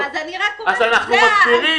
אני רק אומרת, על זה אנחנו מדברים.